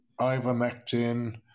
ivermectin